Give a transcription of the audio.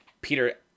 Peter